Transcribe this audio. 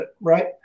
right